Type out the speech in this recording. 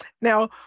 Now